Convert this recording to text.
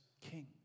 king